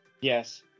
Yes